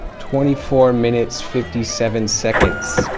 twenty four minutes fifty seven seconds.